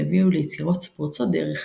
והובילו ליצירות פורצות דרך